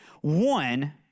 One